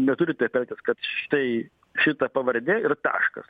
neturi taip elgtis kad štai šita pavardė ir taškas